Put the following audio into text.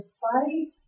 fight